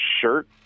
shirt